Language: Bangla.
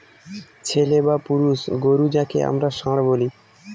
ছেলে বা পুরুষ গোরু যাকে আমরা ষাঁড় বলি